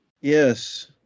Yes